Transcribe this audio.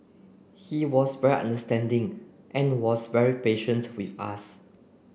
he was very understanding and was very patient with us